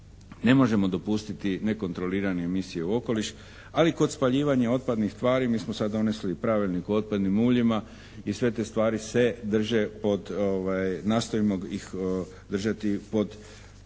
ne možemo dopustiti nekontrolirane emisije u okoliš. Ali kod spaljivanja otpadnih tvari mi smo sad donesli Pravilnik o otpadnim uljima i sve te stvari se drže pod, nastojimo ih držati pod